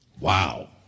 wow